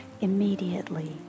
Immediately